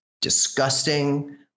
disgusting